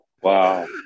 Wow